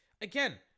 again